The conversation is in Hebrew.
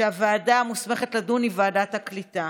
הוועדה המוסמכת לדון היא ועדת הקליטה.